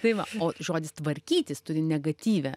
tai va o žodis tvarkytis turi negatyvią